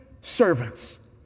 servants